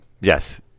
Yes